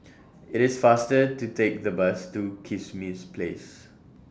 IT IS faster to Take The Bus to Kismis Place